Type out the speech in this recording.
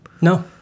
No